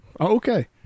Okay